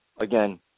again